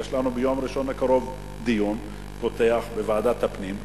יש לנו ביום ראשון הקרוב דיון פותח בוועדת הפנים,